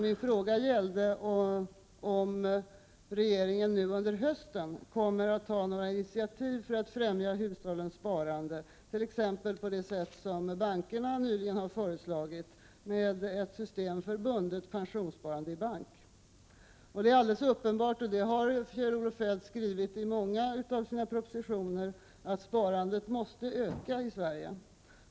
Min fråga gällde om regeringen nu under hösten kommer att ta några initiativ för att främja hushållens sparande, t.ex. på det sätt som bankerna nyligen har föreslagit med ett system för bundet pensionssparande i bank. Det är helt uppenbart, vilket Kjell-Olof Feldt också har skrivit i många av sina propositioner, att sparandet måste öka i Sverige.